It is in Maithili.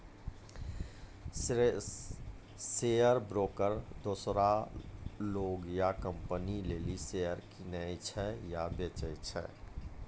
शेयर ब्रोकर दोसरो लोग या कंपनी लेली शेयर किनै छै या बेचै छै